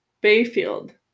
Bayfield